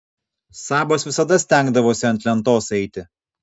sabas visada stengdavosi ant lentos eiti